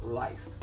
life